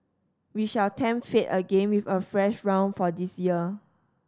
we shall tempt fate again with a fresh round for this year